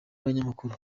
abanyamakuru